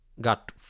got